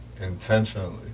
intentionally